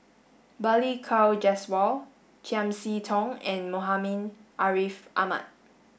Balli Kaur Jaswal Chiam See Tong and Muhammad Ariff Ahmad